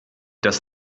das